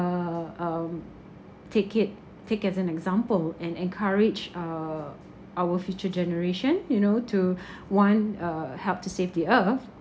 uh um take it take it as an example and encourage uh our future generation you know to want uh help to save the earth